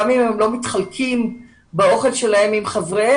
גם אם הם לא חולקים את האוכל שלהם עם חבריהם,